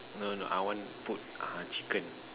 no no I want put uh chicken